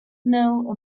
know